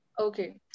Okay